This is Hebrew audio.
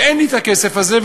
ואין לי את הכסף הזה,